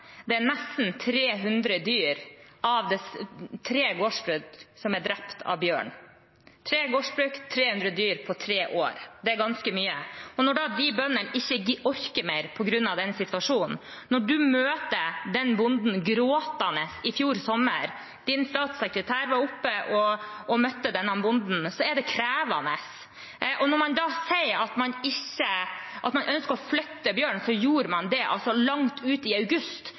er det nesten 300 dyr fra 3 gårdsbruk som er drept av bjørn – 3 gårdsbruk, 300 dyr på 3 år. Det er ganske mye. Når de bøndene ikke orker mer på grunn av denne situasjonen, når man møter den bonden gråtende i fjor sommer – statsrådens statssekretær var oppe og møtte denne bonden – er det krevende. Når man da sa at man ønsket å flytte bjørnen, så gjorde man det langt ut i august.